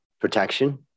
protection